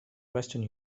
western